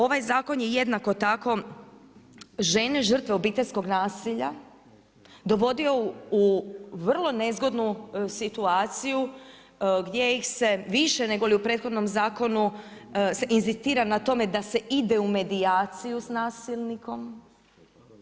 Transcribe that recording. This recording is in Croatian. Ovaj zakon je jednako tako žene žrtve obiteljskog nasilja dovodio u vrlo nezgodnu situaciju gdje ih se više nego u prethodnom zakonu inzistira na tome da se ide u medijaciju s nasilnikom.